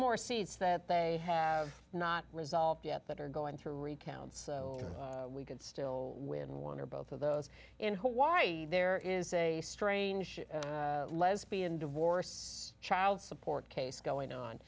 more seats that they have not resolved yet that are going to recount so we could still win one or both of those in hawaii there is a strange lesbian divorce child support case going on